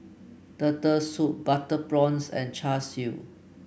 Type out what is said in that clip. Turtle Soup Butter Prawns and Char Siu